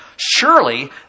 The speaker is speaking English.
surely